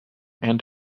and